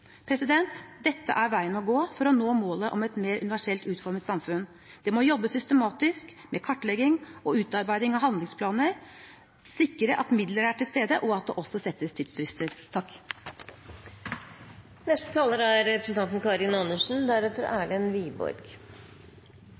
Dette er veien å gå for å nå målet om et mer universelt utformet samfunn. Det må jobbes systematisk med kartlegging og utarbeiding av handlingsplaner, det må sikres at midler er tilstede, og det må også settes tidsfrister.